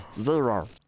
zero